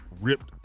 ripped